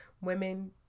Women